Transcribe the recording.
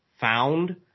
found